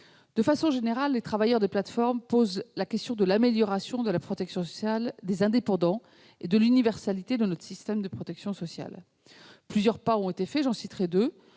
De façon générale, les travailleurs des plateformes posent la question de l'amélioration de la protection sociale des indépendants et celle de l'universalité de notre système de protection sociale. Plusieurs pas ont été faits ; j'en citerai deux